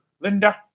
Linda